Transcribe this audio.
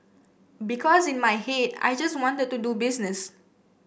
because in my head I just wanted to do business